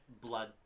blood